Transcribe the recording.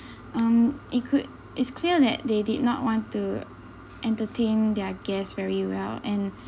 um it could it's clear that they did not want to entertain their guest very well and